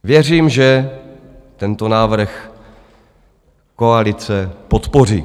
Věřím, že tento návrh koalice podpoří.